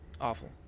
awful